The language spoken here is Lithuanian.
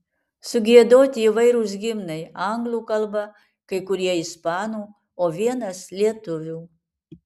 sugiedoti įvairūs himnai anglų kalba kai kurie ispanų o vienas lietuvių